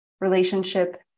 relationship